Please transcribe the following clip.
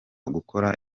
gukora